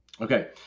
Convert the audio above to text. Okay